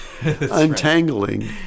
untangling